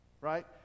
right